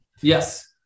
Yes